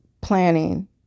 planning